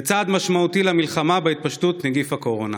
זה צעד משמעותי במלחמה בהתפשטות נגיף הקורונה.